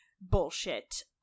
bullshit